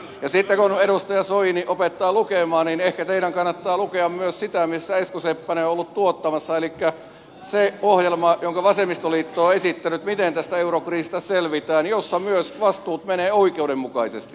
kun edustaja soini opettaa lukemaan niin ehkä teidän kannattaa lukea myös sitä mitä esko seppänen on ollut tuottamassa elikkä se ohjelma jonka vasemmistoliitto on esittänyt siitä miten tästä eurokriisistä selvitään jossa myös vastuut menevät oikeudenmukaisesti